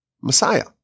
Messiah